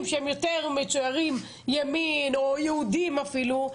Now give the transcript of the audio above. שהם יותר מצוירים ימין או יהודים אפילו,